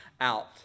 out